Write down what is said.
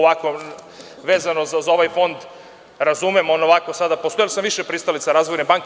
Vezano za ovaj fond, razumem, on ovako sada postoji, ali sam više pristalica razvojne banke.